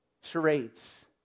Charades